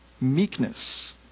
meekness